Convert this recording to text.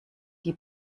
die